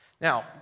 Now